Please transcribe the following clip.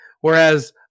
Whereas